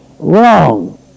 wrong